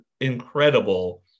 incredible